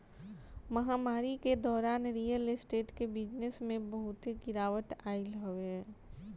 महामारी के दौरान रियल स्टेट के बिजनेस में बहुते गिरावट आइल हवे